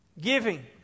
Giving